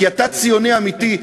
כי אתה ציוני אמיתי,